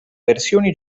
versioni